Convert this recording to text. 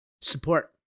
support